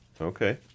Okay